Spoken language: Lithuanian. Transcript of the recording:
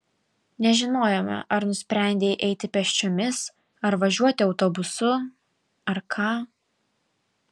nežinojome ar nusprendei eiti pėsčiomis ar važiuoti autobusu ar ką